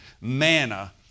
manna